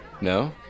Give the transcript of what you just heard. No